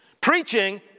Preaching